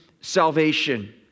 salvation